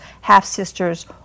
half-sisters